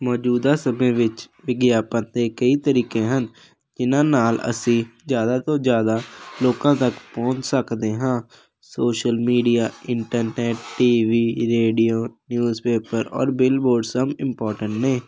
ਮੌਜੂਦਾ ਸਮੇਂ ਵਿੱਚ ਵਿਗਿਆਪਨ ਦੇ ਕਈ ਤਰੀਕੇ ਹਨ ਜਿਨ੍ਹਾਂ ਨਾਲ ਅਸੀਂ ਜ਼ਿਆਦਾ ਤੋਂ ਜ਼ਿਆਦਾ ਲੋਕਾਂ ਤੱਕ ਪਹੁੰਚ ਸਕਦੇ ਹਾਂ social media internet T V radio newspaper ਔਰ ਬਿਲਬੋਰਡ ਸਭ ਇੰਪੋਰਟੈਂਟ ਨੇ